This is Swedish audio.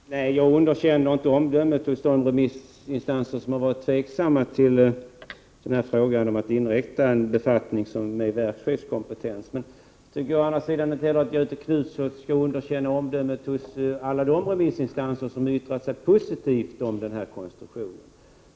Herr talman! Jag underkänner inte omdömet hos de remissinstanser som varit tveksamma till att inrätta en befattning med verkschefskompetens. Men jag tycker å andra sidan att Göthe Knutson inte skall underkänna omdömet hos alla de remissinstanser som yttrat sig positivt om den här konstruktionen.